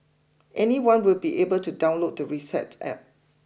anyone will be able to download the Reset App